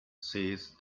says